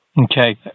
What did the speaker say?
Okay